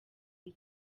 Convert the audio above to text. iyi